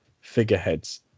figureheads